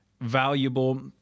valuable